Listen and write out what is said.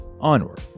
onward